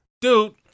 Dude